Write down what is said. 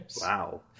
Wow